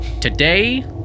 Today